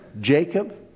Jacob